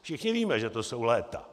Všichni víme, že to jsou léta.